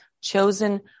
chosen